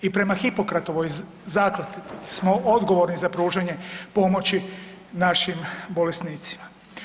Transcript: I prema Hipokratovoj zakletvi smo odgovorni za pružanje pomoći našim bolesnicima.